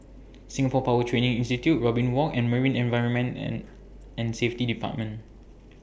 Singapore Power Training Institute Robin Walk and Marine Environment and and Safety department